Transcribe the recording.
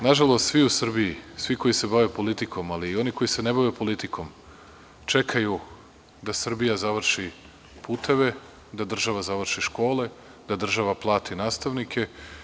Nažalost, svi u Srbiji, svi koji se bave politikom, ali i oni koji se ne bave politikom, čekaju da Srbija završi puteve, da država završi škole, da država plati nastavnike.